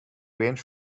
range